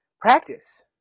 practice